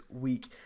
week